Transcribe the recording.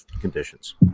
conditions